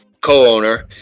co-owner